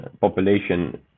population